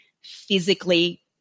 physically